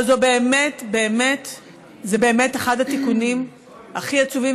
אבל זה באמת אחד התיקונים הכי עצובים